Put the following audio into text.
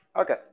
Okay